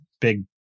big